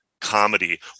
comedy